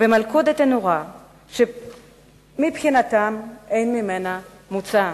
במלכודת הנוראה שמבחינתן אין ממנה מוצא.